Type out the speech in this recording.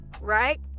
right